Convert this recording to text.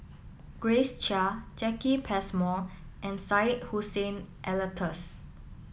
Grace Chia Jacki Passmore and Syed Hussein Alatas